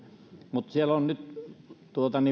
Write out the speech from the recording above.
mutta siellä on nyt